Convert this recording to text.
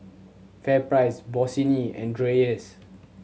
FairPrice Bossini and Dreyers